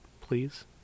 please